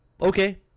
okay